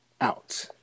Out